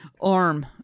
arm